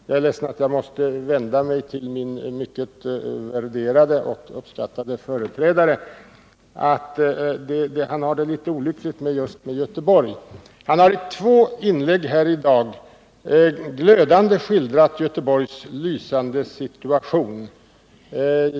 Jag är ledsen att jag måste vända mig till min mycket värderade och uppskattade företrädare, som har det litet besvärligt just när det gäller Göteborg, men som exempel vill jag nämna att han i två inlägg i dag glödande har skildrat Göteborgs lysande situation.